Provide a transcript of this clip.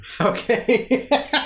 Okay